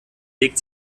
legt